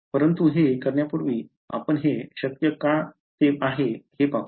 परंतु हे करण्यापूर्वी आपण हे शक्य का ते आहे पाहू